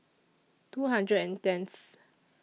two hundred and tenth